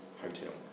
hotel